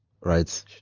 right